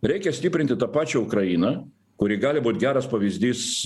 reikia stiprinti tą pačią ukrainą kuri gali būt geras pavyzdys